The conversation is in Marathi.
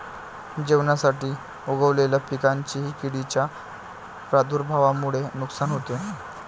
जेवणासाठी उगवलेल्या पिकांचेही किडींच्या प्रादुर्भावामुळे नुकसान होते